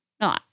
No